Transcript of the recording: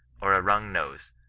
or a wrung nose,